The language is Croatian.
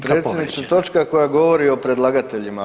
Potpredsjedniče, točka koja govori o predlagateljima.